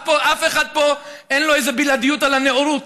אף אחד פה אין לו איזו בלעדיות על הנאורות.